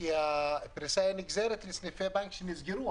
הפריסה נגזרת מסניפי בנק שנסגרו,